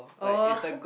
oh